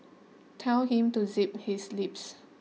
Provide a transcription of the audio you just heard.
tell him to zip his lips